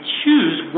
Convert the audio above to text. choose